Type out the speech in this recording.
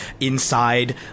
inside